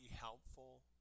helpful